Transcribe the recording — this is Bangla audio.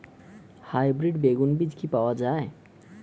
হাইব্রিড বেগুন বীজ কি পাওয়া য়ায়?